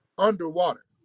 Underwater